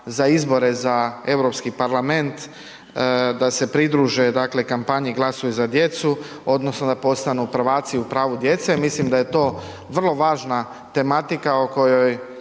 za izbore za Europski parlament da se pridruže, dakle, kampanji „Glasuj za djecu“ odnosno da postanu prvaci u pravu djece. Mislim da je to vrlo važna tematika o kojoj